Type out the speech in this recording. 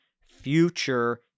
future